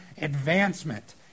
advancement